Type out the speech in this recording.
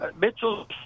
Mitchell